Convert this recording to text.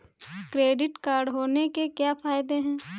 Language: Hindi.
क्रेडिट कार्ड होने के क्या फायदे हैं?